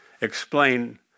explain